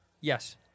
Yes